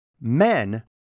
men